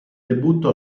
debutto